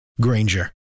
Granger